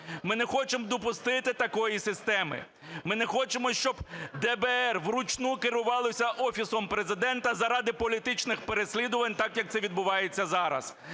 Ми не хочемо допустити такої системи. Ми не хочемо, щоб ДБР вручну керувалося Офісом Президента заради політичних переслідувань, так, як це відбувається зараз.